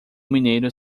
mineiro